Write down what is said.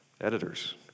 Editors